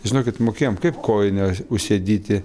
žinokit mokėjom kaip kojinę užsiadyti